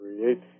create